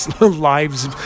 lives